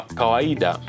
kawaida